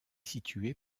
située